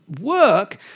work